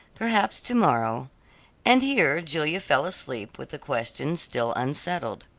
perhaps to-morrow and here julia fell asleep with the question still unsettled.